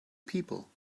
people